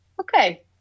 okay